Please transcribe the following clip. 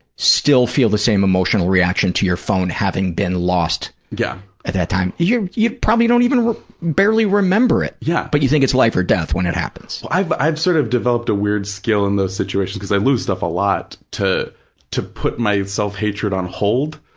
still feel the same emotional reaction to your phone having been lost yeah at that time? you probably don't even barely remember it. yeah. but you think it's life or death when it happens. i've i've sort of developed a weird skill in those situations, because i lose stuff a lot to to put my self-hatred on hold,